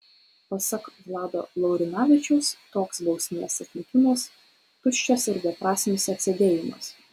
pasak vlado laurinavičiaus toks bausmės atlikimas tuščias ir beprasmis atsėdėjimas